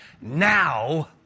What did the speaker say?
now